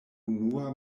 unua